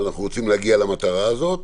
ואנחנו רוצים להגיע למטרה הזאת.